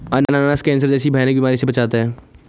अनानास कैंसर जैसी भयानक बीमारी से बचाता है